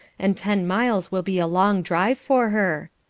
and ten miles will be a long drive for her.